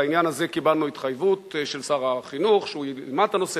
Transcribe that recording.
בעניין הזה קיבלנו התחייבות של שר החינוך שהוא ילמד את הנושא